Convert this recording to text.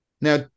Now